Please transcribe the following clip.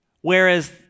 Whereas